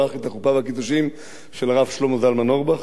ערך את החופה והקידושין של הרב שלמה זלמן אויערבך.